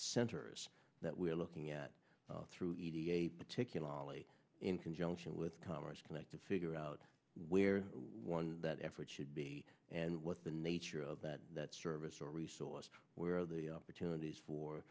centers that we're looking at through e t a particularly in conjunction with commerce connected figure out where one that effort should be and what the nature of that that service or resource where the opportunities for